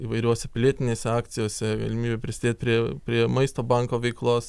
įvairiose pilietinėse akcijose galimybė prisidėt prie prie maisto banko veiklos